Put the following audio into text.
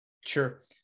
sure